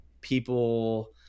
people –